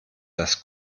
das